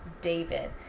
David